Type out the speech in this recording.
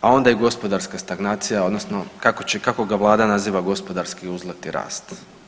a onda i gospodarska stagnacija odnosno kako će, kako ga Vlada naziva gospodarski uzlet i rast.